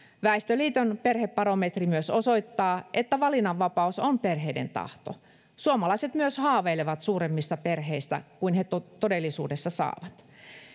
väestöliiton perhebarometri myös osoittaa että valinnanvapaus on perheiden tahto suomalaiset myös haaveilevat suuremmista perheistä kuin he todellisuudessa saavat